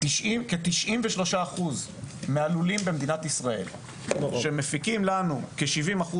כ-93% מהלולים במדינת ישראל שמפיקים לנו כ-70%